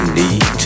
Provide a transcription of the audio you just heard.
need